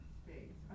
space